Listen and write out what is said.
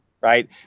right